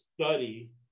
study